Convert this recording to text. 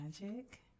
Magic